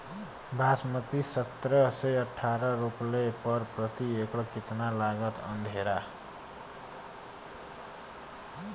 बासमती सत्रह से अठारह रोपले पर प्रति एकड़ कितना लागत अंधेरा?